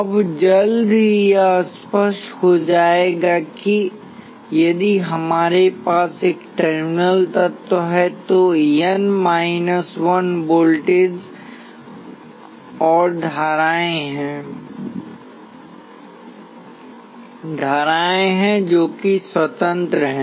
अब जल्द ही यह स्पष्ट हो जाएगा कि यदि हमारे पास एन टर्मिनल तत्व है तो एन माइनस 1 स्वतंत्र वोल्टेज और धाराएं हैं